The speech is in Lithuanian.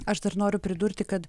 aš dar noriu pridurti kad